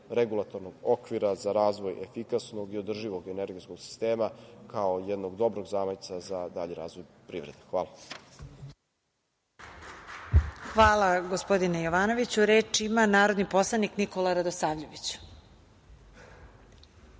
regulatornog okvira za razvoj efikasnog i održivog energetskog sistema, kao jednog dobrog zamajca za dalji razvoj privrede. Hvala. **Marija Jevđić** Hvala, gospodine Jovanoviću. Reč ima narodni poslanik Nikola Radosavljević. Izvolite.